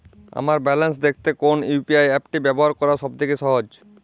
আমার ব্যালান্স দেখতে কোন ইউ.পি.আই অ্যাপটি ব্যবহার করা সব থেকে সহজ?